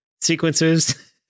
sequences